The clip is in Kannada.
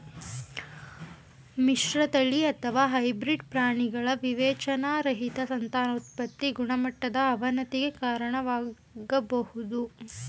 ಮಿಶ್ರತಳಿ ಅಥವಾ ಹೈಬ್ರಿಡ್ ಪ್ರಾಣಿಗಳ ವಿವೇಚನಾರಹಿತ ಸಂತಾನೋತ್ಪತಿ ಗುಣಮಟ್ಟದ ಅವನತಿಗೆ ಕಾರಣವಾಗ್ಬೋದು